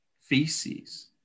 feces